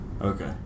Okay